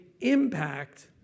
impact